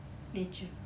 nature